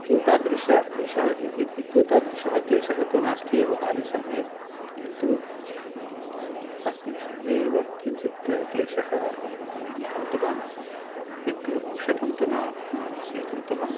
एतादृशः एश ए ए एतादृशः क्लेशः तु नास्ति एव बाल्यसमये किन्तु अस्मिन् समये एव किञ्चित् क्लेशम् अहम् अनुभूतवान् यत्तु औषधं तु न स्वीकृतवान्